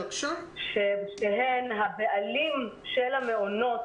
שבשניהם הבעלים של המעונות,